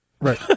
Right